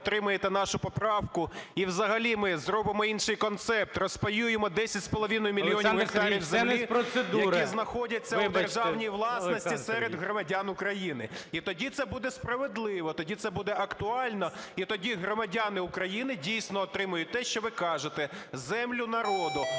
Олександр Сергійович! КОЛТУНОВИЧ О.С. …які знаходяться у державній власності серед громадян України. І тоді це буде справедливо, тоді це буде актуально. І тоді громадяни України, дійсно, отримають те, що ви кажете: землю – народу.